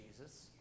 Jesus